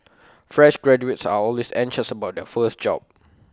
fresh graduates are always anxious about their first job